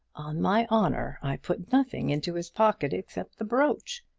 on my honor i put nothing into his pocket except the brooch.